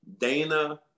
Dana